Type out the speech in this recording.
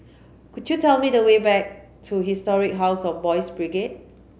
could you tell me the way back to Historic House of Boys' Brigade